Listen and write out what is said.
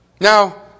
Now